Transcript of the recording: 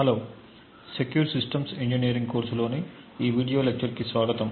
hello secure systems engineering కోర్సులోని ఈ video లెక్చర్కి స్వాగతం